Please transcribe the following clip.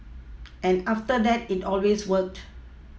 and after that it always worked